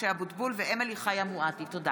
משה אבוטבול ואמילי חיה מואטי בנושא: החלת